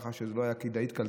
ככה שזה לא היה כדאי כלכלית,